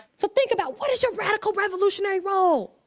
so think about, what is your radical revolutionary role?